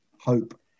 hope